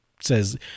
Says